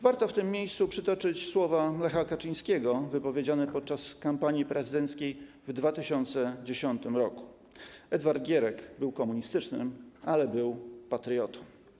Warto w tym miejscu przytoczyć słowa Lecha Kaczyńskiego wypowiedziane podczas kampanii prezydenckiej w 2010 r.: Edward Gierek był komunistycznym, ale jednak patriotą.